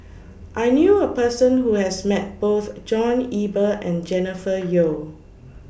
I knew A Person Who has Met Both John Eber and Jennifer Yeo